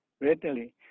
readily